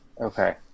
Okay